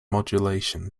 modulation